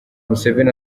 museveni